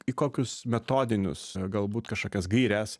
į kokius metodinius galbūt kažkokias gaires